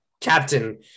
captain